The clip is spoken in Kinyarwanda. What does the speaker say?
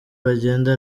byagenda